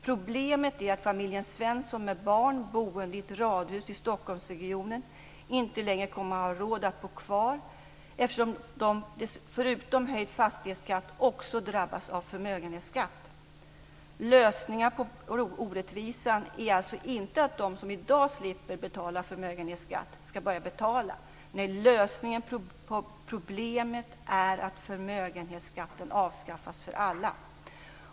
Problemet är att familjen Svensson med barn, boende i ett radhus i Stockholmsregionen, inte längre kommer att ha råd att bo kvar, eftersom familjen förutom höjd fastighetsskatt också drabbas av förmögenhetsskatt. Lösningen på orättvisan är alltså inte att de som i dag slipper betala förmögenhetsskatt ska börja betala. Nej, lösningen på problemet är att förmögenhetsskatten avskaffas för alla.